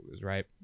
Right